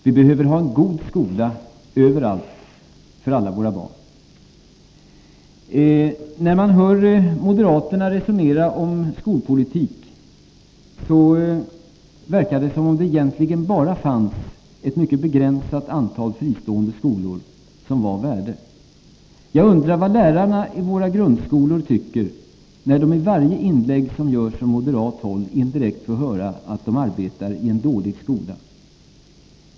Vi behöver ha en god skola överallt för alla våra barn. När moderaterna resonerar om skolpolitik verkar det som om det egentligen fanns bara ett mycket begränsat antal fristående skolor som var av värde. Jag undrar vad lärarna i våra grundskolor tycker, när de i varje inlägg som görs från moderat håll indirekt får höra att de arbetar i en dålig skola.